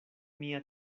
mia